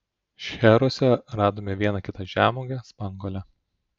šcheruose radome vieną kitą žemuogę spanguolę